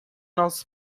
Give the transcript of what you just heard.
nossos